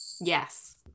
Yes